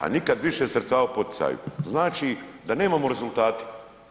A nikad više sredstava u poticaju, znači da nemamo rezultata.